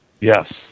Yes